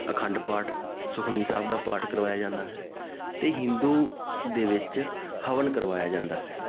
ਅਖੰਡ ਪਾਠ ਸੁਖਮਨੀ ਸਾਹਿਬ ਦਾ ਪਾਠ ਕਰਵਾਇਆ ਜਾਂਦਾ ਹੈ ਅਤੇ ਹਿੰਦੂ ਦੇ ਵਿੱਚ ਹਵਨ ਕਰਵਾਇਆ ਜਾਂਦਾ ਹੈ